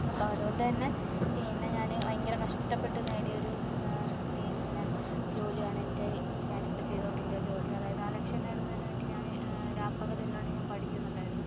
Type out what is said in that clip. അപ്പം അതുകൊണ്ട് തന്നെ പിന്നെ ഞാൻ ഭയങ്കര കഷ്ടപ്പെട്ട് നേടിയൊരു പിന്നെ ജോലിയാണെൻ്റെ ഞാനിപ്പം ചെയ്തു കൊണ്ടിരിക്കുന്ന ജോലി അതായത് ആ ലക്ഷ്യം നേടുന്നതിന് വേണ്ടി ഞാൻ രാപ്പകലില്ലാണ്ട് ഞാൻ പഠിക്കുന്നുണ്ടായിരുന്നു